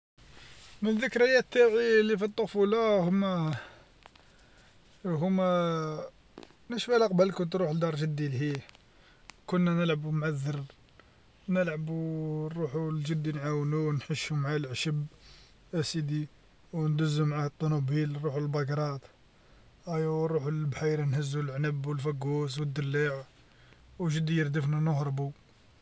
من الذكريات تاعي اللي في الطفوله هوما هوما نشفالها قبل كنت نروح لدار جدي لهيه، كنا نلعبو مع الذر، نلعبو نروحو لجدي نعاونوه نحشو معاه العشب، ا سيدي، وندزو معاه الطونوبيل نروحو للبقرات، أيا ونروحو للبحيره نهزو العنب والفقوس والدلاع، وجدي يردفنا نهربو.